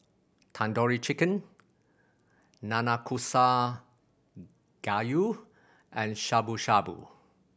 Tandoori Chicken Nanakusa Gayu and Shabu Shabu